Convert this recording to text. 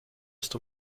erst